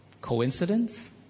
Coincidence